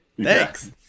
Thanks